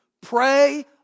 Pray